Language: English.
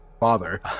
father